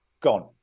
gone